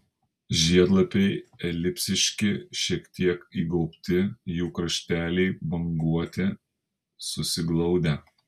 žiedlapiai elipsiški šiek tiek įgaubti jų krašteliai banguoti susiglaudę